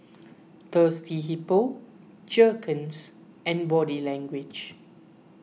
Thirsty Hippo Jergens and Body Language